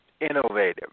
innovative